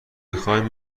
بخواین